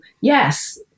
yes